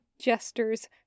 Jester's